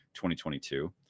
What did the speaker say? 2022